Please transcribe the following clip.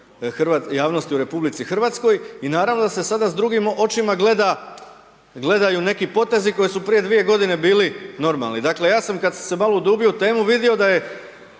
javnosti u RH i naravno da se sad s drugim očima gledaju neki potezi koji su prije dvije godine bili normalni. Dakle, ja sam kad sam se malo udubio u temu vidio da je